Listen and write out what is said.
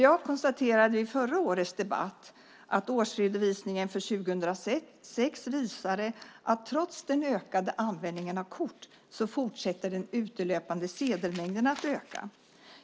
Jag konstaterade i förra årets debatt att årsredovisningen för 2006 visade att trots den ökande användningen av kort fortsatte den utelöpande sedelmängden att öka.